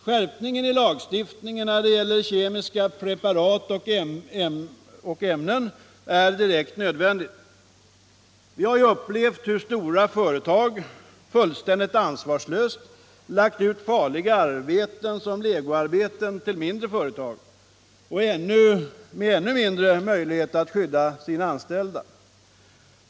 Skärpningen i lagstiftningen när det gäller kemiska preparat och ämnen är direkt nödvändig. Vi har ju upplevt hur stora företag fullständigt ansvarslöst lagt ut farliga arbeten såsom legoarbeten till mindre företag där det är ännu mindre möjlighet att skydda de anställda.